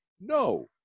No